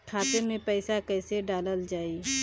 खाते मे पैसा कैसे डालल जाई?